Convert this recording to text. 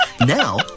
Now